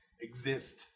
exist